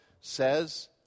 says